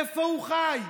איפה הוא חי?